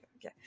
okay